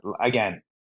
again